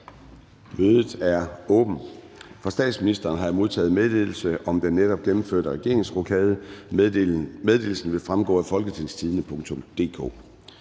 Mødet er åbnet. Fra statsministeren har jeg modtaget meddelelse om den netop gennemførte regeringsrokade. Meddelelsen vil fremgå af www.folketingstidende.dk